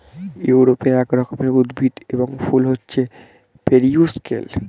ইউরোপে এক রকমের উদ্ভিদ এবং ফুল হচ্ছে পেরিউইঙ্কেল